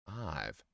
five